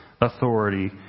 authority